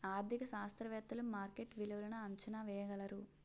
ఆర్థిక శాస్త్రవేత్తలు మార్కెట్ విలువలను అంచనా వేయగలరు